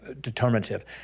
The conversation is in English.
determinative